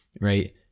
right